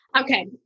Okay